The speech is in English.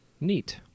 Neat